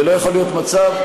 ולא יכול להיות מצב,